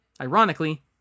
ironically